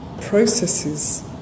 processes